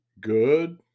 good